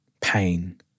pain